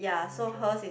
animation